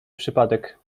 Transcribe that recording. przypadek